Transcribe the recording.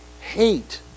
hate